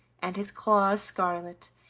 and his claws scarlet,